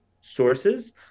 sources